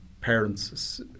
parents